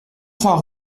trois